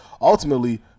ultimately